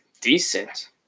decent